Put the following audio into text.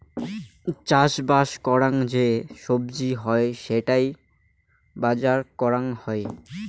চাষবাস করাং যে সবজি হই সেটার বাজার করাং হই